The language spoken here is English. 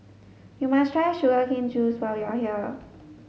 you must try sugar cane juice while you are here